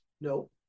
No